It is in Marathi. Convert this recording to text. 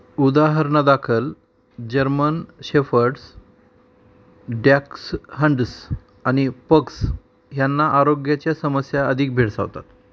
उदाहरणादाखल जर्मन शेफर्ड्स ड्याक्सहंडस आणि पक्स ह्यांना आरोग्याच्या समस्या अधिक भेडसावतात